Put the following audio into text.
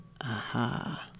Aha